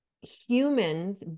humans